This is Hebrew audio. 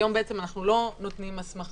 היום אנחנו לא נותנים הסמכה,